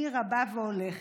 היא רבה והולכת".